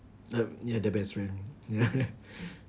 uh near the best friend ya